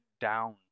down